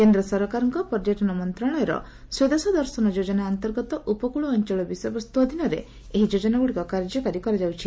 କେନ୍ଦ୍ର ସରକାରଙ୍କ ପର୍ଯ୍ୟଟନ ମନ୍ତ୍ରଣାଳୟର ସ୍ୱଦେଶ ଦର୍ଶନ ଯୋଜନା ଅନ୍ତର୍ଗତ ଉପକ୍ଳ ଅଞ୍ଚଳ ବିଷୟବସ୍ତୁ ଅଧୀନରେ ଏହି ଯୋଜନାଗୁଡିକ କାର୍ଯ୍ୟକାରୀ କରାଯାଉଛି